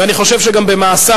ואני חושב שגם במעשיו,